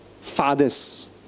fathers